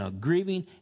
grieving